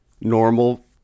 normal